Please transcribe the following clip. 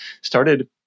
started